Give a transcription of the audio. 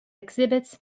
exhibits